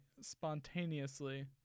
spontaneously